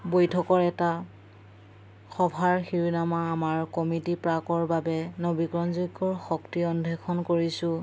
বৈঠকৰ এটা সভাৰ শিৰোনামা আমাৰ কমিটি প্ৰাকৰ বাবে নৱীকৰণযোগ্যৰ শক্তি অন্ধেষণ কৰিছোঁ